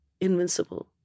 invincible